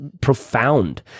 profound